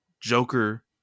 Joker